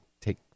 take